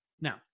Now